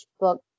book